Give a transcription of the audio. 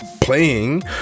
playing